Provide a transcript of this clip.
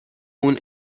اون